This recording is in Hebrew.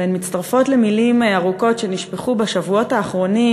והן מצטרפות למילים רבות שנשפכו בשבועות האחרונים